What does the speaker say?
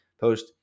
post